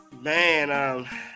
Man